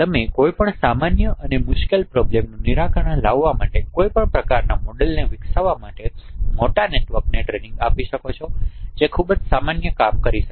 તમે કોઈપણ સામાન્ય અને મુશ્કેલ પ્રોબ્લેમનું નિરાકરણ લાવવા માટે કોઈપણ પ્રકારના મોડેલને વિકસાવવા માટે મોટા નેટવર્ક્સને ટ્રેનિંગ આપી શકો છો કે જે ખૂબ જ સામાન્ય કામ કરી શકે